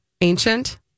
Ancient